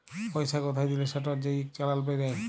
পইসা কোথায় দিলে সেটর যে ইক চালাল বেইরায়